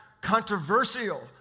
controversial